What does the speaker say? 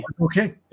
Okay